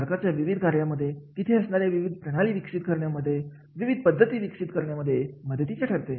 सरकारच्या विविध कार्यामध्ये तिथे असणाऱ्या विविध प्रणाली विकसित करण्यामध्ये विविध पद्धती विकसित करण्यामध्ये मदतीचे ठरते